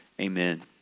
Amen